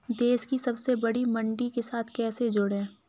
देश की सबसे बड़ी मंडी के साथ कैसे जुड़ें?